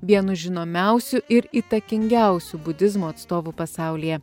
vienu žinomiausių ir įtakingiausių budizmo atstovų pasaulyje